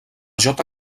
jota